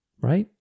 right